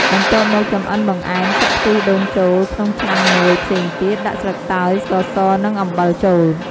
បន្ទាប់មក ចម្អិនបង្អែម ចាក់ខ្ទិះដូងចូលក្នុងឆ្នាំងមួយផ្សេងទៀត ដាក់ស្លឹកតើយ ស្ករស និងអំបិលចូល។